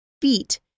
feet